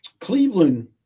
Cleveland